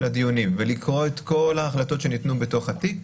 הדיונים ולקרוא את כל ההחלטות שניתנו בתוך התיק,